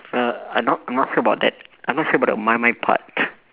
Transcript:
err I'm not I'm not sure about that I'm not sure about my mind part